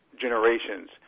generations